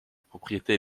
propriétés